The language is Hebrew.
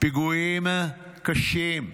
פיגועים קשים,